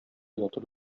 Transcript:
ятып